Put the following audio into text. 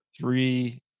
three